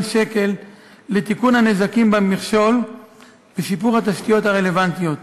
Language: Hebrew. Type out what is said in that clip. ש"ח לתיקון הנזקים במכשול ולשיפור התשתיות הרלוונטיות.